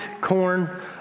corn